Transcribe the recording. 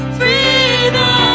freedom